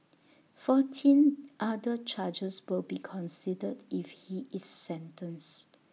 fourteen other charges will be considered when if he is sentenced